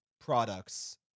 products